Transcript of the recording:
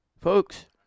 ...folks